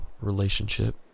relationship